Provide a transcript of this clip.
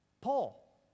Paul